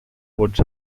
vots